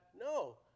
No